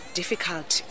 difficult